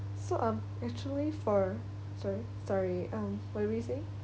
so um actually for sorry sorry um what were you saying